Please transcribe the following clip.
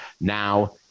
now